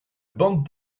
bandes